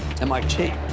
MIT